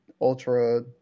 Ultra